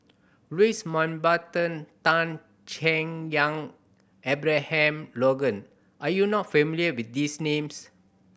Louis Mountbatten Tan Chay Yan Abraham Logan are you not familiar with these names